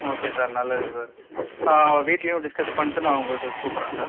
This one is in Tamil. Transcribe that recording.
ஓகே சார் நல்லது சார் நான் வீட்லையும் டிஸ்க்கஸ் பண்ணிவிட்டு நான் உங்கள்கிட்ட கூப்பிடுறேன் சார்